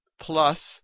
plus